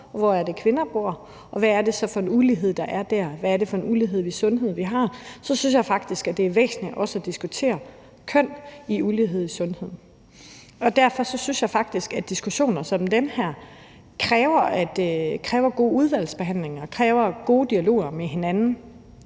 hvor det er, kvinder bor, og hvad det så er for en ulighed, der er dér, altså hvad det er for en ulighed i sundhed, vi har, så synes jeg faktisk, at det er væsentligt også at diskutere køn i forbindelse med ulighed i sundhed. Derfor synes jeg faktisk, at diskussioner som den her kræver en god udvalgsbehandling og kræver gode dialoger med hinanden,